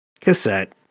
Cassette